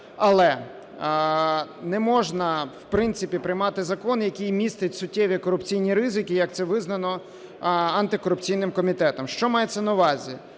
Але не можна, в принципі, приймати закон, який містить суттєві корупційні ризики, як це визнано антикорупційним комітетом. Що мається на увазі.